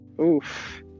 Oof